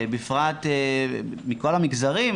מכל המגזרים,